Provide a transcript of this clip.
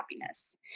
happiness